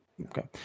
okay